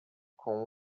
com